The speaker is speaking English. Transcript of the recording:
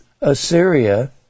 Assyria